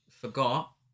forgot